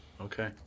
Okay